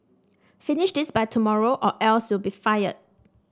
finish this by tomorrow or else you'll be fired